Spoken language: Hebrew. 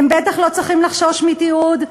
הם בטח לא צריכים לחשוש מתיעוד,